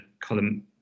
column